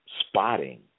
spotting